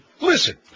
Listen